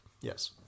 Yes